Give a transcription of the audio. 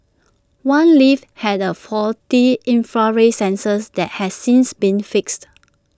one lift had A faulty infrared sensors that has since been fixed